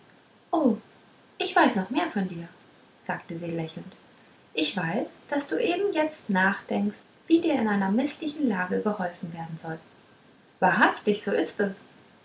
o ich weiß noch mehr von dir sagte sie lächelnd ich weiß daß du eben jetzt nachdenkst wie dir in einer mißlichen lage geholfen werden soll wahrhaftig so ist es